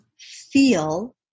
feel